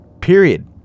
period